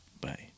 Bye